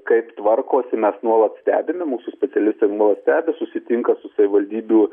kaip tvarkosi mes nuolat stebime mūsų specialistai nuolat stebi susitinka su savivaldybių